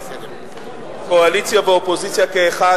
קואליציה ואופוזיציה כאחד,